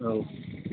औ